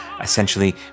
essentially